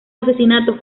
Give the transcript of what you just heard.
asesinatos